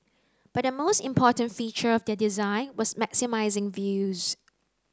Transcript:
but the most important feature of their design was maximising views